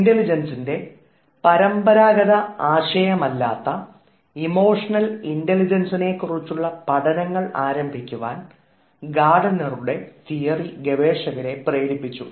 ഇൻറലിജൻസിൻറെ പരമ്പരാഗത ആശയമല്ലാത്ത ഇമോഷണൽ ഇൻറലിജൻസിനെക്കുറിച്ചുള്ള പഠനങ്ങൾ ആരംഭിക്കുവാൻ ഗാർഡനറുടെ തിയറി ഗവേഷകരെ പ്രേരിപ്പിച്ചു